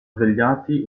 svegliati